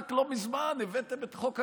רק לא מזמן הבאתם את חוק הגיוס,